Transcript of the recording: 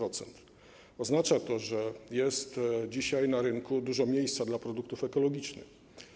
Oznacza to, że dzisiaj jest na rynku dużo miejsca dla produktów ekologicznych.